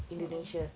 mmhmm